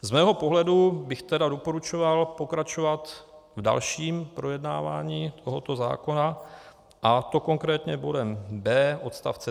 Z mého pohledu bych tedy doporučoval pokračovat v dalším projednávání tohoto zákona, a to konkrétně bodem d) odst.